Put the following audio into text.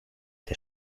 der